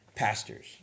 Pastors